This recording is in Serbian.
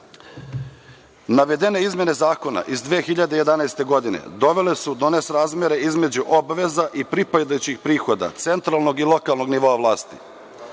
vlasti. Navedene izmene zakona iz 2011. godine dovele su do one srazmere između obaveza i pripadajućih prihoda centralnog i lokalnog nivoa vlasti.